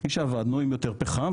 היא שעבדנו עם יותר פחם.